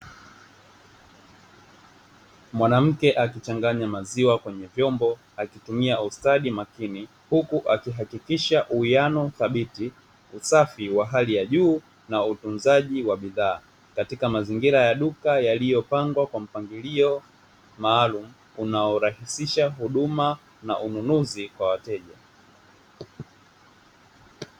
Mwanamke akichanganya maziwa kwenye vyombo akitumia ustadi makini huku akihakikisha uwiano thabiti, usafi wa hali ya juu na utunzaji wa bidhaa katika mazingira ya duka yaliyopangwa kwa mpangilio maalumu unaorahisisha huduma na ununuzi kwa wateja.